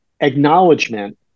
acknowledgement